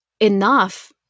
enough